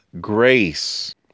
grace